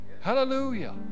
Hallelujah